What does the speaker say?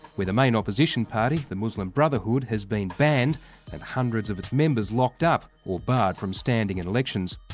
where the main opposition party, the muslim brotherhood, has been banned and hundreds of its members locked up, or barred from standing in elections.